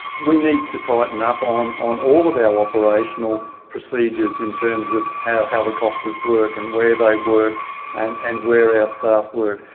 we need to tighten up on on all of our operational procedures in terms of how helicopters work and where they work and and where our staff work.